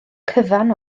cyfan